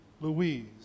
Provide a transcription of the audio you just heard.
Louise